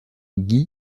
guy